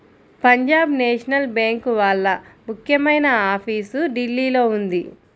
Punjab national bank వాళ్ళ ముఖ్యమైన office ఢిల్లీలో ఉంది